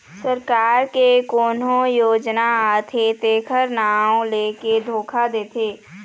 सरकार के कोनो योजना आथे तेखर नांव लेके धोखा देथे